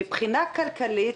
מבחינה כלכלית,